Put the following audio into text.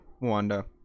Wanda